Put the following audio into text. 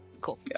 cool